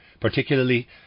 particularly